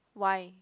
why